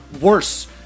worse